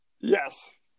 Yes